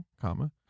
Comma